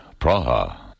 Praha